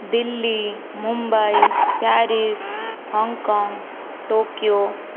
Delhi Mumbai Paris Hong Kong Tokyo